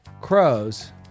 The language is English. Crows